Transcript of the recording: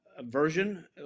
version